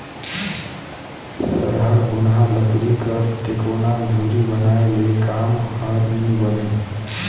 सरहा घुनहा लकरी कर टेकोना धूरी बनाए ले काम हर नी बने